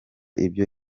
ibyo